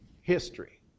history